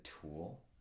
tool